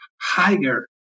higher